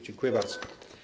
Dziękuję bardzo.